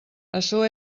açò